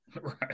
Right